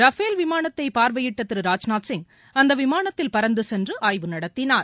Rafale விமானத்தை பார்வையிட்ட திரு ராஜ்நாத் சிங் அந்த விமானத்தில் பறந்துசென்று ஆய்வு நடத்தினார்